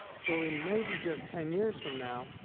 so in maybe just ten years from now,